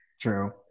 True